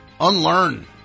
Unlearn